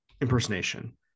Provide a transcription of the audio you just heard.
impersonation